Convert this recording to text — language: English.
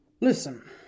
Listen